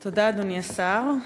תודה, אדוני השר.